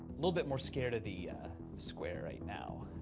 little bit more scared of the square right now.